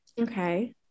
Okay